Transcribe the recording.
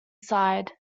side